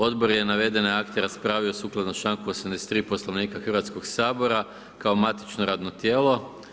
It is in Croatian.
Odbor je navedene akte raspravio sukladno članku 83., Poslovnika Hrvatskog sabora, kao matično radno tijelo.